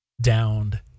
downed